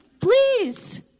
please